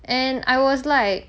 and I was like